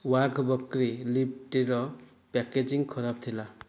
ୱାଘବକ୍ରି ଲିଫ୍ଟିର ପ୍ୟାକେଜିଂ ଖରାପ ଥିଲା